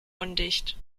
undicht